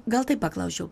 gal taip paklausčiau